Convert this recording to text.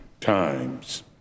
times